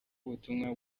ubutumwa